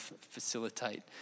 facilitate